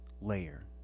layer